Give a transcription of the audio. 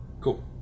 Cool